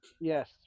yes